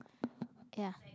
ya